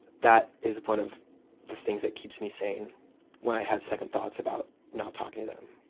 that is one of the things that keeps me sane when i have second thoughts about not talking to them.